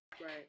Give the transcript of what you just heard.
Right